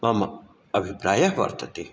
मम अभिप्रायः वर्तते